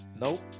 Nope